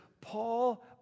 Paul